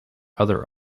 other